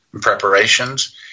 preparations